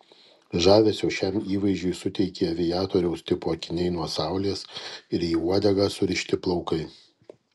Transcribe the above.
žavesio šiam įvaizdžiui suteikė aviatoriaus tipo akiniai nuo saulės ir į uodegą surišti plaukai